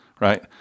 right